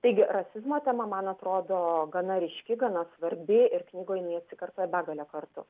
taigi rasizmo tema man atrodo gana ryški gana svarbi ir knygoj jinai atsikartoja begalę kartų